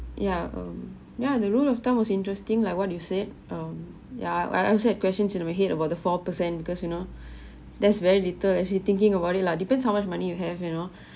yeah mm ya the rule of thumb was interesting like what you said um yeah I I answered questions in my head about the four percent because you know there's very little actually thinking about it lah depends how much money you have you know